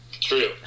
True